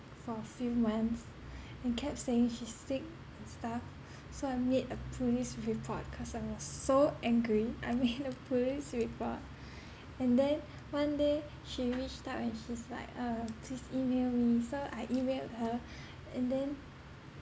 for a few months and kept saying she's sick and stuff so I made a police report cause I was so angry I made a police report and then one day she reached out and she's like uh please email me so I emailed her and then